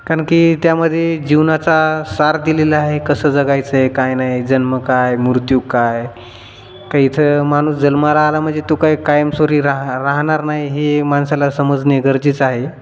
कारण की त्यामध्ये जीवनाचा सार दिलेला आहे कसं जगायचं आहे काय नाय जन्म काय मूत्यू काय का इथं माणूस जन्मा आला म्हणजे तू काय कायमसोरी राह राहणार नाही हे माणसाला समजणे गरजेचं आहे